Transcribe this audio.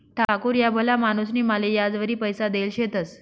ठाकूर ह्या भला माणूसनी माले याजवरी पैसा देल शेतंस